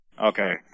Okay